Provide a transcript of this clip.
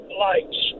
lights